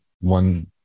one